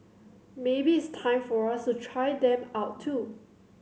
maybe it's time for us to try them out too